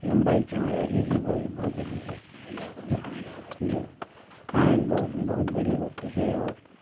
लंबाई चौड़ाई ही ही बड़ी बहुत बड़ी है जो बहु बहुत बड़ी होती है और